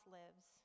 lives